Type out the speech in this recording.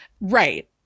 Right